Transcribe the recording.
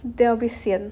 then a bit sian